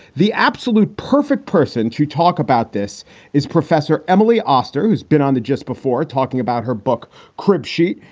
the absolute perfect person to talk about this is professor emily oster, who's been on the just before talking about her book crib sheet.